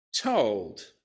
told